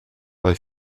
bei